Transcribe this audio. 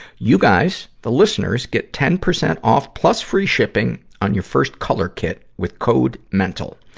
you guys, the listeners, get ten percent off, plus free shipping on your first color kit with code mental.